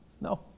no